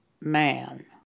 man